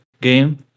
game